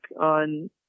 on